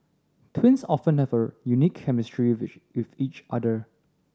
twins often have a unique chemistry with with each other